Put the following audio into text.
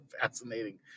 fascinating